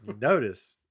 notice